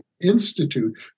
Institute